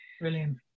Brilliant